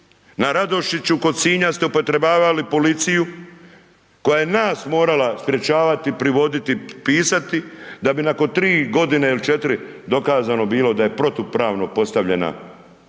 na Radošiću kod Sinja ste upotrebljavali policiju koja je nas morala sprječavati, privoditi pisati da bi nakon 3 godine ili 4 dokazano bilo da je protupravno postavljena